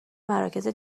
مراکز